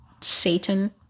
Satan